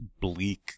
bleak